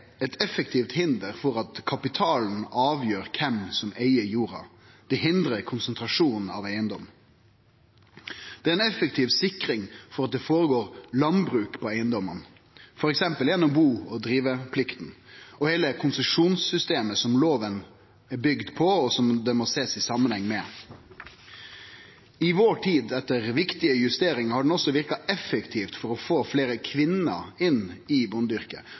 eit effektivt hinder for at kapitalen avgjer kven som eig jorda – han hindrar konsentrasjon av eigedom. Han er ei effektiv sikring for at det blir drive landbruk på eigedomane – f.eks. gjennom bu- og driveplikta – og for heile konsesjonssystemet, som lova er bygd på, og som han må sjåast i samanheng med. I vår tid, etter viktige justeringar, har han også verka effektivt for å få fleire kvinner inn i bondeyrket.